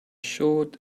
short